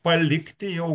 palikti jau